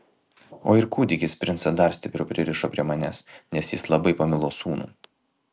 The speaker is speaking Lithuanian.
o ir kūdikis princą dar stipriau pririšo prie manęs nes jis labai pamilo sūnų